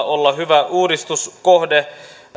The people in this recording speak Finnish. olla hyviä uudistuskohteita